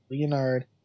Leonard